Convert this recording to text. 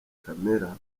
kamera